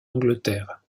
angleterre